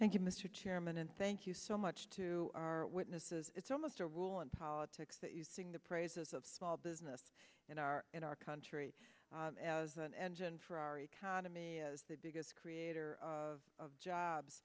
you mr chairman and thank you so much to our witnesses it's almost a rule in politics that you sing the praises of small business in our in our country as an engine for our economy is the biggest creator of jobs